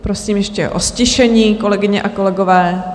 Prosím ještě o ztišení, kolegyně a kolegové.